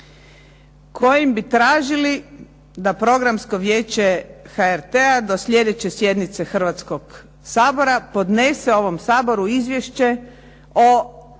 kojim bi tražili da Programsko vijeće HRT-a do sljedeće sjednice Hrvatskog sabora, podnese ovom Saboru izvješće o